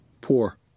poor